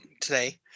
today